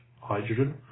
hydrogen